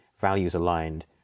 values-aligned